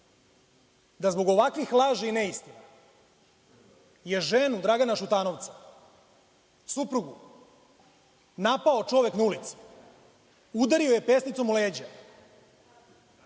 da zbog ovakvih laži i neistina je ženu Dragana Šutanovca, suprugu, napao čovek na ulici, udario je pesnicom u leđa.